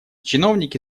чиновники